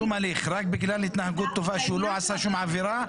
רק בגלל התנהגות טובה שהוא לא עשה שום עבירה,